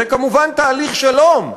זה כמובן תהליך שלום,